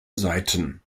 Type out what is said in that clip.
seiten